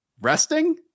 resting